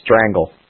strangle